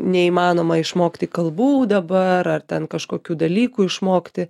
neįmanoma išmokti kalbų dabar ar ten kažkokių dalykų išmokti